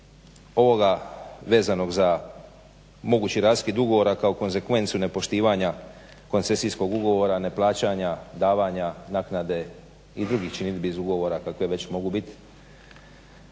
ovoga vezanog za mogući raskid ugovora kao konzekvencu nepoštivanja koncesijskog ugovora, neplaćanja, davanja naknade i drugih činidbi iz ugovora kakve već mogu biti